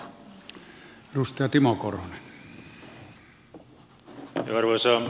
arvoisa puhemies